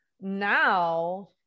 now